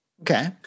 Okay